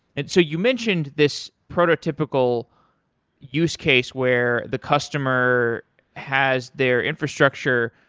and so you mentioned this prototypical use case where the customer has their infrastructure.